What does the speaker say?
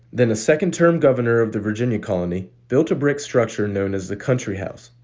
then a second-term governor of the virginia colony, built a brick structure known as the country house.